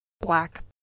black